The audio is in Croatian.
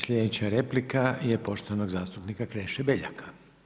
Sljedeća replika je poštovanog zastupnika Kreše Beljaka.